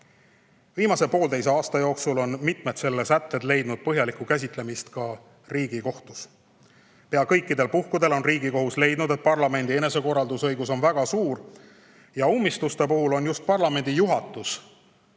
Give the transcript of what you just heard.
Viimase pooleteise aasta jooksul on mitmed selle seaduse sätted leidnud põhjalikku käsitlemist ka Riigikohtus. Pea kõikidel puhkudel on Riigikohus leidnud, et parlamendi enesekorraldusõigus on väga suur ja ummistuste puhul on just parlamendi juhatus